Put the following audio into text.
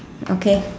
okay